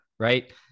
Right